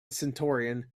centurion